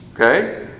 Okay